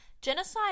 genocide